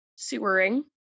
sewering